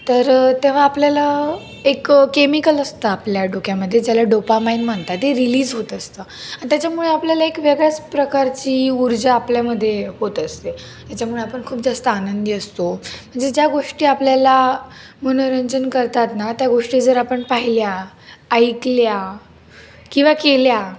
तर तेव्हा आपल्याला एक केमिकल असतं आपल्या डोक्यामध्ये ज्याला डोपामाईन म्हणतात ते रिलीज होत असतं आणि त्याच्यामुळे आपल्याला एक वेगळ्याच प्रकारची ऊर्जा आपल्यामध्ये होत असते त्याच्यामुळे आपण खूप जास्त आनंदी असतो म्हणजे ज्या गोष्टी आपल्याला मनोरंजन करतात ना त्या गोष्टी जर आपण पाहिल्या ऐकल्या किंवा केल्या